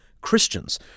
Christians